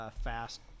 fast